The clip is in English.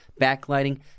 backlighting